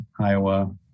Iowa